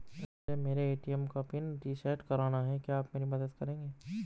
मुझे मेरे ए.टी.एम का पिन रीसेट कराना है क्या आप मेरी मदद करेंगे?